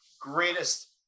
greatest